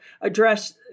address